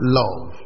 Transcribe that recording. love